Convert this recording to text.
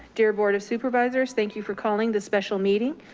dear board of supervisors, thank you for calling the special meeting.